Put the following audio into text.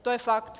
To je fakt.